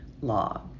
law